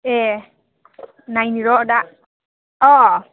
ए' नायनो र' दा अ'